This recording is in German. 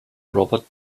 robert